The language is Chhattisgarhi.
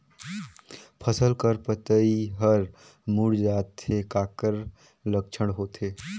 फसल कर पतइ हर मुड़ जाथे काकर लक्षण होथे?